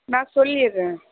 நான் சொல்லிடுறேன்